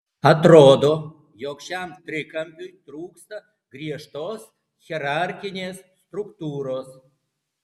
atrodo jog šiam trikampiui trūksta griežtos hierarchinės struktūros